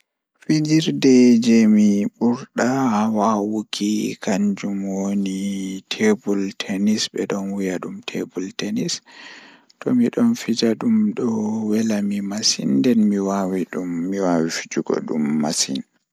Fijirde jei mi ɓurɗaa wawuki kannjum woni Miɗo waɗi ɗum ko basketball, ngam mi jogii keewal e jaangugol. Miɗo yiɗi njogii waawugol faalaa kala buggol e jeewtude ko laaɓɗe, tawi mi faala waawugol e jogguɗe. Miɗo yiɗi kaɗɗo ko mbadii njillawdi ngal.